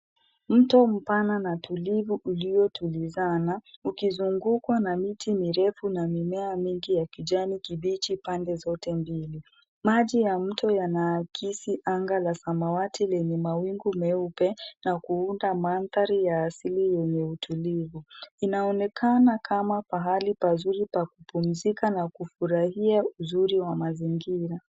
Mto mpana na tulivu uliotulizana, ukizungukwa na miti mirefu na mimea mingi ya kijani kibichi pande zote mbili. Maji ya mto yanaakisi anga la samawati lenye mawingu meupe, na kuunda mandhari ya asili yenye utulivu. Inaonekana kama pahali pazuri pa kupumzika na kufurahia uzuri wa mazingira.